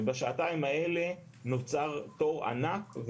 ובשעתיים האלה נוצר תור ענק,